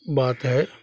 बात हइ